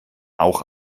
auch